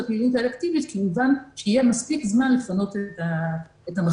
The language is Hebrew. הפעילות האלקטיבית כי הובן שיהיה מספיק זמן לפנות את המחלקות.